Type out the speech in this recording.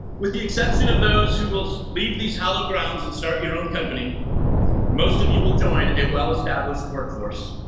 with the exception of those who will leave these hallowed grounds and start your own company most of you will join a well-established workforce